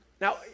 Now